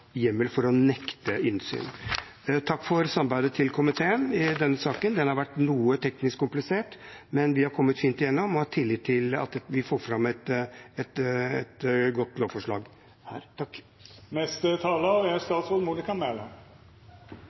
hjemmel for å nekte innsyn. Takk til komiteen for samarbeidet i denne saken. Den har vært noe teknisk komplisert, men vi har kommet fint igjennom og har tillit til at vi får fram et godt lovforslag. Jeg hadde i og for seg planlagt et